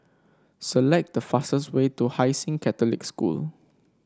select the fastest way to Hai Sing Catholic School